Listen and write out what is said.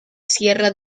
sierra